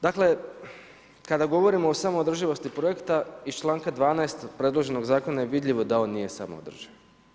Dakle, kada govorimo o samoodrživosti projekta iz članka 12. predloženog Zakona je vidljivo da on nije samoodrživ.